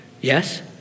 yes